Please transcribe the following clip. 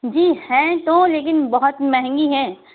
جی ہیں تو لیکن بہت مہنگی ہیں